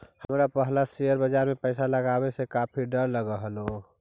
हमरा पहला शेयर बाजार में पैसा लगावे से काफी डर लगअ हलो